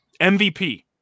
MVP